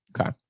Okay